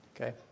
Okay